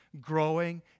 growing